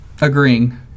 agreeing